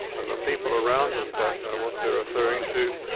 and the people around them don't know what they're referring to.